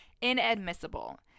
inadmissible